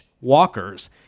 walkers